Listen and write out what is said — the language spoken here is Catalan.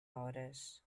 hores